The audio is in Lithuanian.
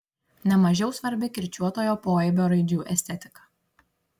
ne mažiau svarbi kirčiuotojo poaibio raidžių estetika